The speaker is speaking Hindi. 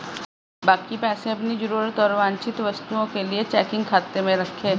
बाकी पैसे अपनी जरूरत और वांछित वस्तुओं के लिए चेकिंग खाते में रखें